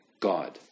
God